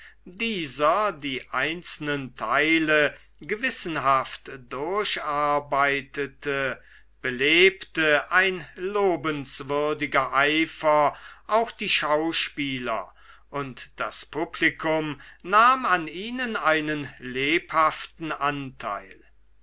dieser die einzelnen teile gewissenhaft durcharbeitete belebte ein lobenswürdiger eifer auch die schauspieler und das publikum nahm an ihnen einen lebhaften anteil